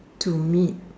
to meet